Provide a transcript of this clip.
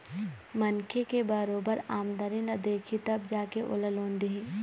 मनखे के बरोबर आमदनी ल देखही तब जा के ओला लोन दिही